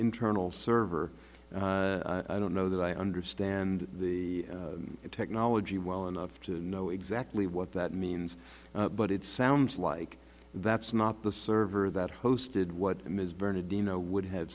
internal server i don't know that i understand the technology well enough to know exactly what that means but it sounds like that's not the server that hosted what ms bernadino would have